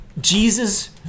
Jesus